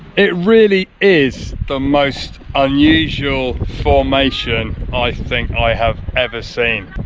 it really is the most unusual formation i think i have ever seen.